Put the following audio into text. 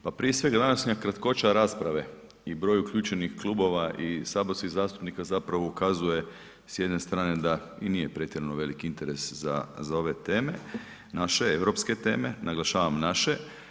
Pa prije svega, današnja kratkoća rasprave i broju uključenih klubova i saborskih zastupnika zapravo ukazuje s jedne strane da i nije pretjerano veliki interes za ove teme, naše europske teme, naglašavam naše.